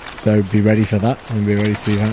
so be ready for that, and be ready to be. yeah